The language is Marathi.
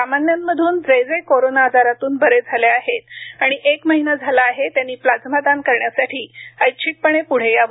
सामान्यांमधून जे जे कोरोना आजारांतून बरे झाले आहेत आणि एक महिना झाला आहे त्यांनी प्लाझ्मा दान करण्यासाठी ऐच्छिक पणे पुढे यावे